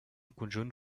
conjunt